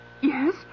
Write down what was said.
Yes